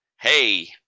hey